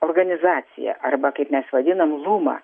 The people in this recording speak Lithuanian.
organizaciją arba kaip mes vadinam luma